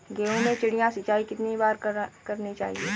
गेहूँ में चिड़िया सिंचाई कितनी बार करनी चाहिए?